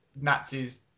Nazis